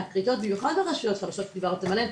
במיוחד הרשויות שדיברתם עליהן,